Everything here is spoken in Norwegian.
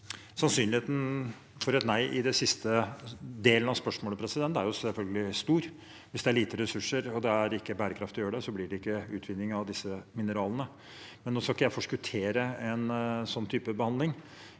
Sannsynligheten for et nei i den siste delen av spørsmålet er selvfølgelig stor. Hvis det er lite ressurser og det ikke er bærekraftig å gjøre det, blir det ikke utvinning av disse mineralene. Jeg skal ikke nå forskuttere en slik behandling,